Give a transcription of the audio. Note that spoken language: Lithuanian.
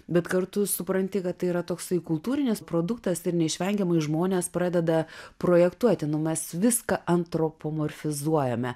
bet kartu supranti kad tai yra toksai kultūrinis produktas ir neišvengiamai žmonės pradeda projektuoti nu mes viską antropomorfizuojame